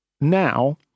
now